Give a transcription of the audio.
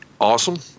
awesome